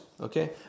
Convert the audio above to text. okay